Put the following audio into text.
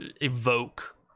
evoke